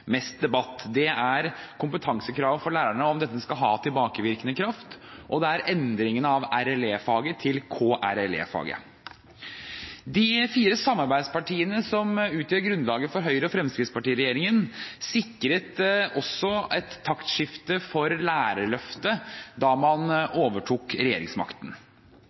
mest debatt. Det er kompetansekrav for lærerne og om dette skal ha tilbakevirkende kraft, og det er endringen av RLE-faget til KRLE-faget. De fire samarbeidspartiene som utgjør grunnlaget for Høyre–Fremskrittsparti-regjeringen, sikret også et taktskifte for Lærerløftet da man overtok regjeringsmakten.